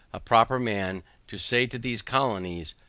a proper man to say to these colonies,